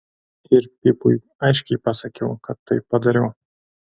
ir pipui aiškiai pasakiau kad taip padariau